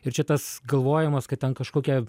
ir čia tas galvojimas kad ten kažkokie